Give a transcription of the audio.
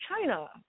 China